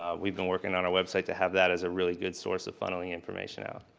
ah we've been working on our website to have that as a really good source of funneling information out.